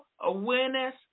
Awareness